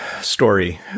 story